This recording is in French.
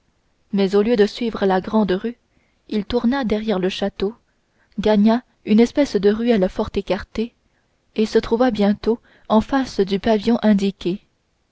mais au lieu de suivre la grande rue il tourna derrière le château gagna une espèce de ruelle fort écartée et se trouva bientôt en face du pavillon indiqué